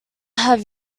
have